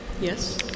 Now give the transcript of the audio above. Yes